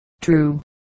True